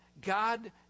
God